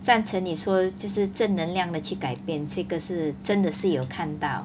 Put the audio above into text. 赞成你说就是正能量的去改变这个是真的是有看到